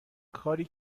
کاری